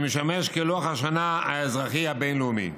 שמשמש כלוח השנה האזרחי הבין-לאומי.